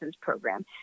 program